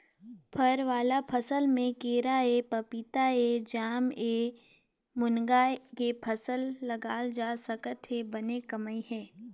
फर वाला फसल में केराएपपीताएजामएमूनगा के फसल लगाल जा सकत हे बने कमई हे